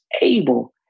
able